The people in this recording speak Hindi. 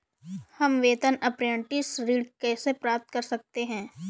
हम वेतन अपरेंटिस ऋण कैसे प्राप्त कर सकते हैं?